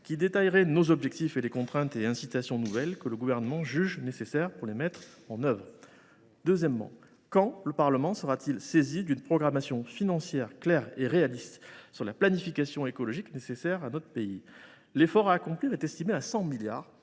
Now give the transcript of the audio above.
et détaillant nos objectifs et les contraintes et incitations nouvelles que le Gouvernement juge nécessaire d’instaurer pour les mettre en œuvre ? Deuxièmement, quand le Parlement sera t il saisi d’une programmation financière claire et réaliste sur la planification écologique nécessaire à notre pays ? L’effort à accomplir est estimé à 100 milliards